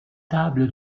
table